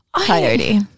Coyote